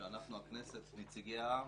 שאנחנו הכנסת נציגי העם,